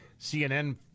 CNN